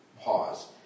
Pause